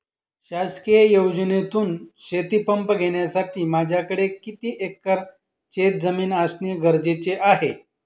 शासकीय योजनेतून शेतीपंप घेण्यासाठी माझ्याकडे किती एकर शेतजमीन असणे गरजेचे आहे?